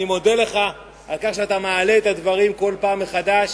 אני מודה לך על כך שאתה מעלה את הדברים כל פעם מחדש